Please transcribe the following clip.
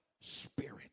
spirit